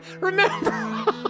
remember